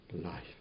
life